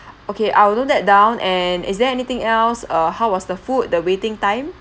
okay I will note that down and is there anything else uh how was the food the waiting time